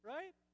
Right